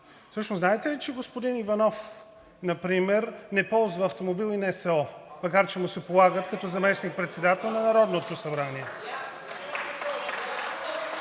Всъщност знаете ли, че господин Иванов например не ползва автомобил и НСО, макар че му се полагат като заместник председател на Народното събрание?